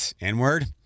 N-word